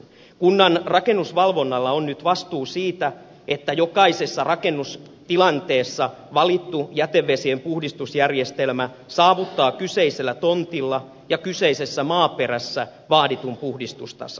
kunnan rakennusvalvonnalla on nyt vastuu siitä että jokaisessa rakennustilanteessa valittu jätevesien puhdistusjärjestelmä saavuttaa kyseisellä tontilla ja kyseisessä maaperässä vaaditun puhdistustason